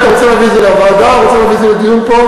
אם אתה רוצה להביא את זה לוועדה או רוצה להביא את זה לדיון פה.